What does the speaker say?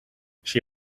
she